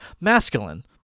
masculine